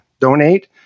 donate